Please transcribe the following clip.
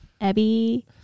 Abby